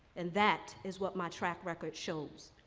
and that is what my track record shows.